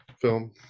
film